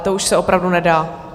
To už se opravdu nedá.